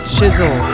Chisel